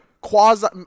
quasi